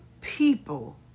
people